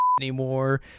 anymore